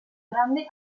grande